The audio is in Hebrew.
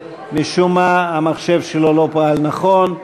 שמשום מה המחשב שלו לא פעל נכון,